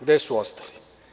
Gde su ostali?